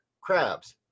crabs